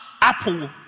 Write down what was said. Apple